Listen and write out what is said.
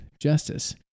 justice